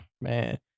man